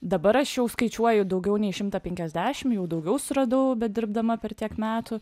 dabar aš jau skaičiuoju daugiau nei šimtą penkiasdešim jau daugiau suradau bedirbdama per tiek metų